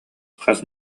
хас